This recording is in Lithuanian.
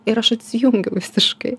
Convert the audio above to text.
ir aš atsijungiau visiškai